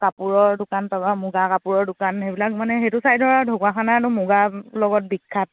কাপোৰৰ দোকান পাবা মুগা কাপোৰৰ দোকান সেইবিলাক মানে সেইটো চাইডৰ আৰু ঢকুৱাখানা আৰু মুগাৰ লগত বিখ্যাত